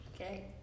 Okay